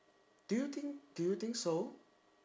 do you think do you think so